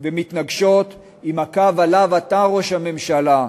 ומתנגשות עם הקו שעליו אתה, ראש הממשלה,